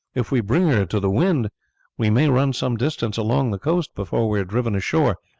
if we bring her to the wind we may run some distance along the coast before we are driven ashore,